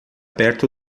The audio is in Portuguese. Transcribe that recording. perto